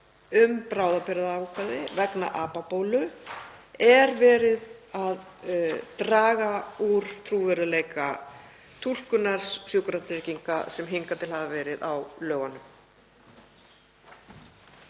um bráðabirgðaákvæði vegna apabólu er verið að draga úr trúverðugleika túlkunar Sjúkratrygginga, sem hingað til hefur verið, á lögunum.